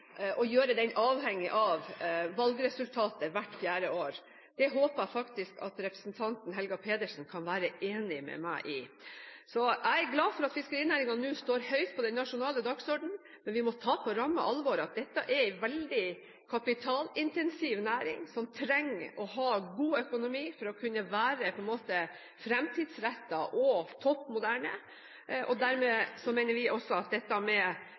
gjøre den avhengig av valgresultatet hvert fjerde år. Det håper jeg faktisk at representanten Helga Pedersen kan være enig med meg i. Jeg er glad for at fiskerinæringen nå står høyt på den nasjonale dagsordenen, men vi må ta på ramme alvor at dette er en veldig kapitalintensiv næring som trenger å ha god økonomi for å kunne være fremtidsrettet og topp moderne. Dermed mener vi også at dette med